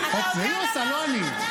--- זה היא עושה, לא אני.